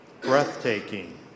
breathtaking